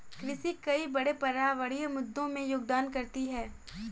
कृषि कई बड़े पर्यावरणीय मुद्दों में योगदान करती है